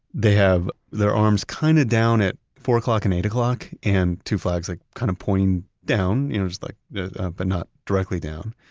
they have their arms kind of down at four o'clock and eight o'clock and two flags like kind of pointing down, you know like but not directly down.